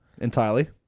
entirely